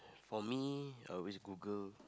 for me I always Google